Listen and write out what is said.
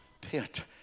pit